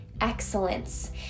excellence